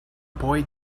boy